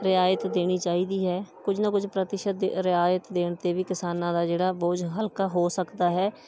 ਰਿਆਇਤ ਦੇਣੀ ਚਾਹੀਦੀ ਹੈ ਕੁਝ ਨਾ ਕੁਝ ਪ੍ਰਤੀਸ਼ਤ ਰਿਆਇਤ ਦੇਣ 'ਤੇ ਵੀ ਕਿਸਾਨਾਂ ਦਾ ਜਿਹੜਾ ਬੋਝ ਹਲਕਾ ਹੋ ਸਕਦਾ ਹੈ